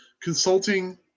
Consulting